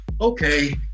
okay